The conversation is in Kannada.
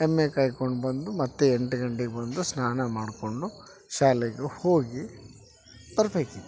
ಎಮ್ಮೆ ಕಾಯ್ಕೊಂಡು ಬಂದು ಮತ್ತೆ ಎಂಟು ಗಂಟೆಗೆ ಬಂದು ಸ್ನಾನ ಮಾಡಿಕೊಂಡು ಶಾಲೆಗೆ ಹೋಗಿ ಬರಬೇಕಿತ್ತು